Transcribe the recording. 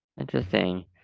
interesting